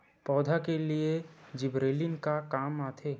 पौधा के लिए जिबरेलीन का काम आथे?